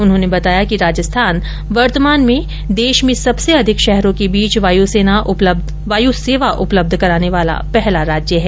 उन्होंने बताया कि राजस्थान वर्तमान में देश में सबसे अधिक शहरों के बीच वायुसेवा उपलब्ध कराने वाला पहला राज्य है